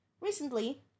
Recently